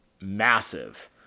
massive